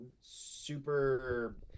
super